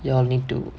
you all need to